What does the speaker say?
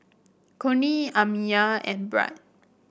Cornie Amiyah and Brad